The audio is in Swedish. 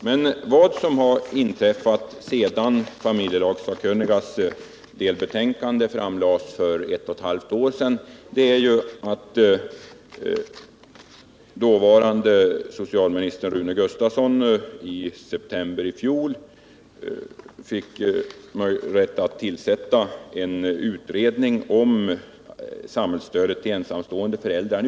Men vad som har inträffat sedan familjelagssakkunnigas delbetänkande framlades för ett och ett halvt år sedan är att dåvarande socialministern Rune Gustavsson i september i fjol fick rätt att tillsätta en utredning om samhällsstödet till ensamstående föräldrar.